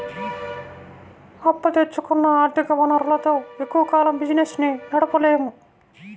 అప్పు తెచ్చుకున్న ఆర్ధిక వనరులతో ఎక్కువ కాలం బిజినెస్ ని నడపలేము